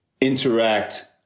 interact